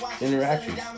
interactions